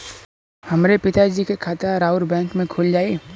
हमरे पिता जी के खाता राउर बैंक में खुल जाई?